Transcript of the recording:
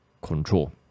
control